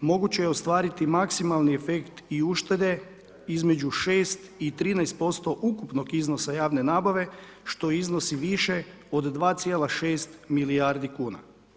moguće je ostvariti maksimalni efekt i uštede između 6 i 13% ukupnog iznosa javne nabave što iznosi više od 2,6 milijardi kuna.